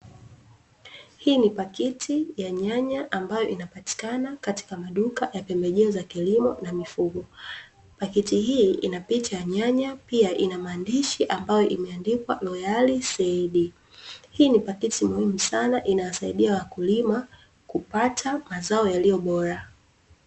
Hii ni pakiti ya nyanya ambayo inapatikana katika maduka ya kilimo na mifugo. Pakiti hii ina picha ya nyanya pia ina maandishi ambayo imeandikwa 'LOYALSEED'. Hii ni pakiti muhimu sana inasaidia wakulima kupata mazao yaliyo bora.